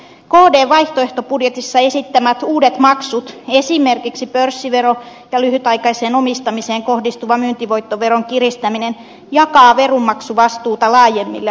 kdn vaihtoehtobudjetissa esittämät uudet maksut esimerkiksi pörssivero ja lyhytaikaiseen omistamiseen kohdistuvan myyntivoittoveron kiristäminen jakavat veronmaksuvastuuta laajemmille harteille